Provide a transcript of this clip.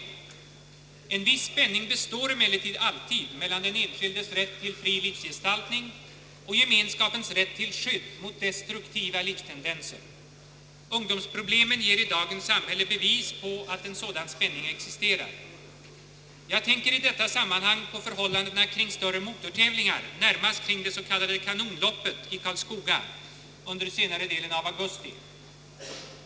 En viss spänning består emellertid alltid mellan den enskildes rätt till fri livsgestaltning och gemenskapens rätt till skydd mot destruktiva livstendenser. Ungdomsproblemen ger i dagens samhälle bevis på att en sådan spänning existerar. Jag tänker i detta sammanhang på förhållandena kring större motortävlingar, närmast kring det s.k. Kanonloppet i Karlskoga under senare delen av augusti.